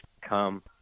come